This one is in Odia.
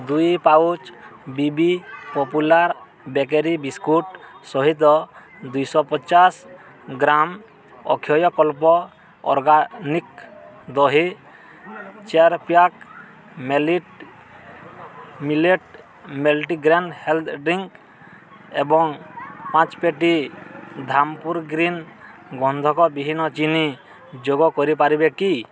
ଦୁଇ pouch B B popular bakery biscuit ସହିତ ଦୁଇଶହ ପଚାଶ ଗ୍ରାମ ଅକ୍ଷୟକଳ୍ପ ଅର୍ଗାନିକ୍ ଦହି ଚାରି pack millet millet multigrain health drink ଏବଂ ପାଞ୍ଚ ପେଟି ଧାମପୁର ଗ୍ରୀନ୍ ଗନ୍ଧକ ବିହୀନ ଚିନି ଯୋଗ କରିପାରିବେ କି